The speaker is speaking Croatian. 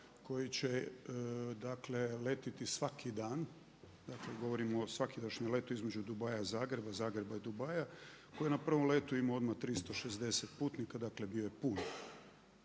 koji će letiti svaki dan, dakle govorimo o svakidašnjem letu Zagreba i Dubaija, Zagreba i Dubaija koji je na prvom letu odmah imao 360 putnika, dakle bio je pun.